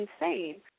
insane